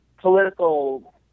political